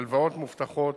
הלוואות מובטחות